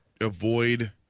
avoid